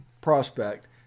prospect